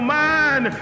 mind